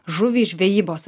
žuvys žvejybos